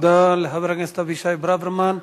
תודה לחבר הכנסת אבישי ברוורמן.